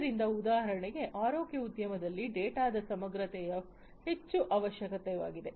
ಆದ್ದರಿಂದ ಉದಾಹರಣೆಗೆ ಆರೋಗ್ಯ ಉದ್ಯಮದಲ್ಲಿ ಡೇಟಾದ ಸಮಗ್ರತೆಯು ಹೆಚ್ಚು ಅವಶ್ಯಕವಾಗಿದೆ